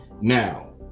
Now